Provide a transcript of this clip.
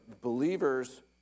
believers